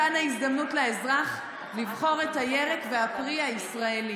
מתן ההזדמנות לאזרח לבחור את הירק והפרי הישראליים.